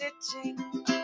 stitching